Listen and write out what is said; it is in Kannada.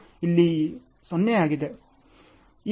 ಇದು ಇಲ್ಲಿ 0 ಆಗುತ್ತದೆ